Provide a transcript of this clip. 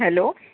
hello